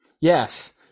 yes